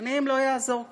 העניים, לא יעזור כלום.